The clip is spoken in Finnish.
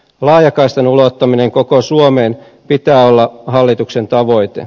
laajakaistan ulottaminen koko suomeen pitää olla hallituksen tavoite